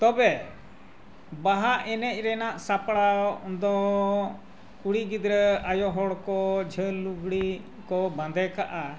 ᱛᱚᱵᱮ ᱵᱟᱦᱟ ᱮᱱᱮᱡ ᱨᱮᱱᱟᱜ ᱥᱟᱯᱲᱟᱣ ᱫᱚ ᱠᱩᱲᱤ ᱜᱤᱫᱽᱨᱟᱹ ᱟᱭᱳ ᱦᱚᱲᱠᱚ ᱡᱷᱟᱹᱞ ᱞᱩᱜᱽᱲᱤᱡ ᱠᱚ ᱵᱟᱸᱫᱮ ᱠᱟᱜᱼᱟ